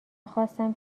خواستم